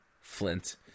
Flint